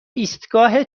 ایستگاه